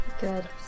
Good